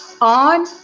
on